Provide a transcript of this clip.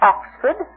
Oxford